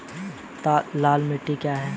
लाल मिट्टी क्या है?